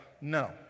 no